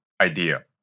idea